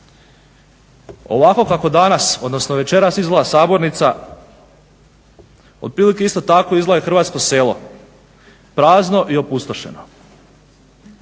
Ovako kako danas, odnosno večeras izgleda sabornica, izgleda, otprilike tako izgleda i hrvatsko selo, prazno i opustošeno.